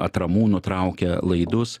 atramų nutraukia laidus